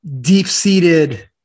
deep-seated